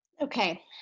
Okay